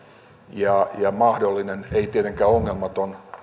ja ja mahdollinen ei tietenkään ongelmaton